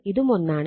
ഇതും 1 ആണ്